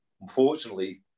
Unfortunately